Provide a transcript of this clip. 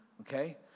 okay